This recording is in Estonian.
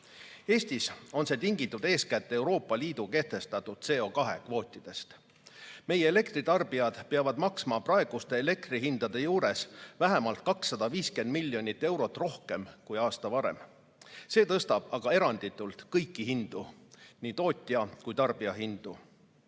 Eestis on see tingitud eeskätt Euroopa Liidu kehtestatud CO2kvootidest. Meie elektritarbijad peavad maksma praeguste elektrihindade juures vähemalt 250 miljonit eurot rohkem kui aasta varem. See tõstab aga eranditult kõiki hindu, nii tootja‑ kui ka tarbijahindu.